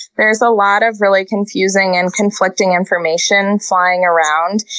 there's a lot of really confusing and conflicting information flying around,